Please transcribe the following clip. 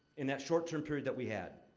in that short-term period that we had.